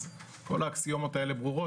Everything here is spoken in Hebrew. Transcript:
אז כל האקסיומות האלה ברורות,